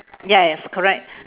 ya yes correct